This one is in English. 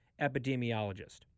epidemiologist